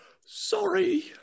Sorry